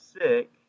sick